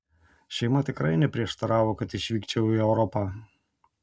šeima tikrai neprieštaravo kad išvykčiau į europą